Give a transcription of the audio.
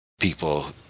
people